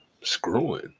screwing